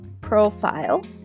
Profile